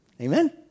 Amen